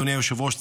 אדוני היושב-ראש,